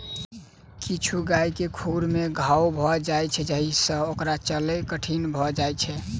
किछु गाय के खुर मे घाओ भ जाइत छै जाहि सँ ओकर चलब कठिन भ जाइत छै